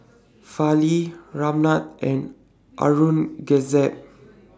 Fali Ramnath and Aurangzeb